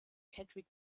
kettwig